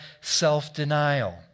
self-denial